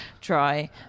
try